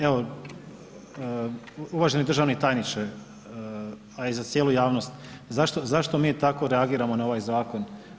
Evo, uvaženi državni tajniče, a i za cijelu javnost, zašto mi tako reagiramo na ovaj zakona?